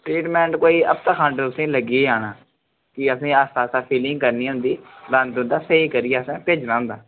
treatment तुसेंगी कोई हफ्ता खंड लग्गी गै जाना भी असें आस्तै आस्तै फिलिंग करनी होंदी दंद तुंदा स्हेई करियै असें भेजना होंदा